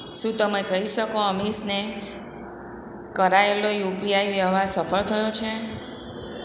શું તમે કહી શકો અમીશને કરાયેલો યુપીઆઈ વ્યવહાર સફળ થયો છે